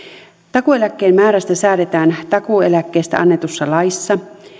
takuueläkkeen määrästä säädetään takuueläkkeestä annetussa laissa